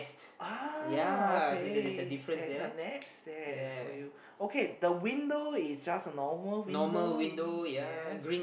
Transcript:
ah okay there is a nest there for you okay the window is just a normal window yes